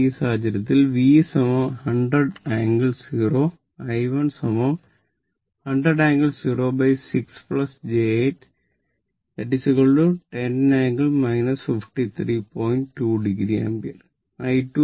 ഈ സാഹചര്യത്തിൽ V 100∟ 0 I 1 100∟ 0 6 j 8 10∟ 53